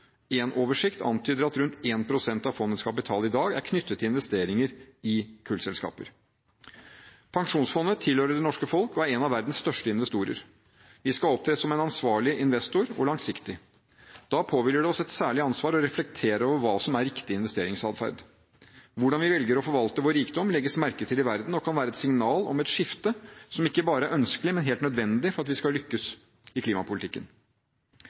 oversikt antyder at rundt 1 pst. av fondets kapital i dag er knyttet til investeringer i kullselskaper. Pensjonsfondet tilhører det norske folk og er en av verdens største investorer. Vi skal opptre som en ansvarlig og langsiktig investor. Da påhviler det oss et særlig ansvar for å reflektere over hva som er riktig investeringsatferd. Hvordan vi velger å forvalte vår rikdom, legges merke til i verden og kan være et signal om et skifte som ikke bare er ønskelig, men helt nødvendig for at vi skal lykkes i klimapolitikken.